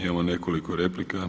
Imamo nekoliko replika.